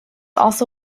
also